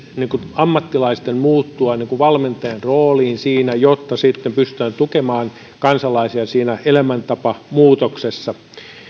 ammattilaisten muuttua niin kuin valmentajan rooliin jotta sitten pystytään tukemaan kansalaisia siinä elämäntapamuutoksessa